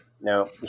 No